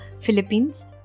Philippines